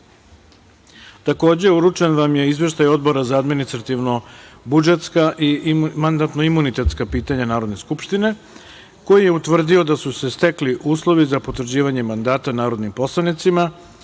uručen vam je Izveštaj Odbora za administrativno-budžetska i mandatno-imunitetska pitanja Narodne skupštine koji je utvrdio da su se stekli uslovi za potvrđivanje mandata narodnim poslanicima